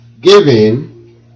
giving